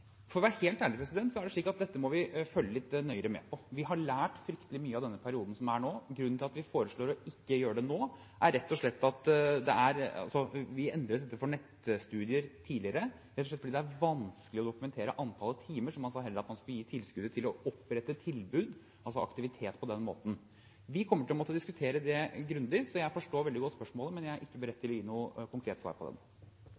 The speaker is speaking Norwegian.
For å være helt ærlig, er det slik at dette må vi følge litt nøyere med på. Vi har lært fryktelig mye av denne perioden som er nå. Grunnen til at vi foreslår ikke å gjøre det nå, er at da vi endret dette for nettstudier tidligere, rett og slett fordi det er vanskelig å dokumentere antallet timer, så sa man at man heller skulle gi tilskuddet til å opprette tilbud, altså aktivitet på den måten. Vi kommer til å måtte diskutere det grundig. Jeg forstår veldig godt spørsmålet, men er ikke beredt